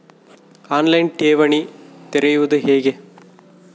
On line ಠೇವಣಿ ತೆರೆಯುವುದು ಹೇಗೆ?